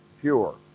pure